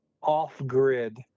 off-grid